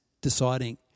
deciding